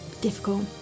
difficult